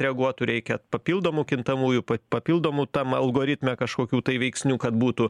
reaguotų reikia papildomų kintamųjų papildomų tam algoritme kažkokių tai veiksnių kad būtų